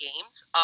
games